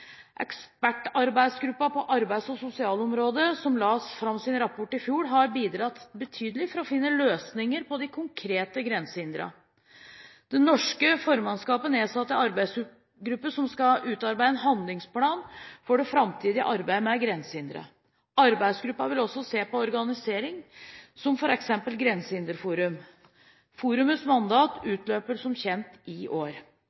på arbeids- og sosialområdet som la fram sin rapport i fjor, har bidratt betydelig for å finne løsninger på de konkrete grensehindrene. Det norske formannskapet nedsatte en arbeidsgruppe som skal utarbeide en handlingsplan for det framtidige arbeidet med grensehindre. Arbeidsgruppen vil også se på organiseringen, som f.eks. Grensehinderforum. Forumets mandat utløper som kjent i år.